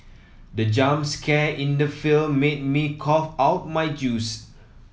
the jump scare in the film made me cough out my juice